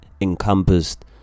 encompassed